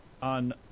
on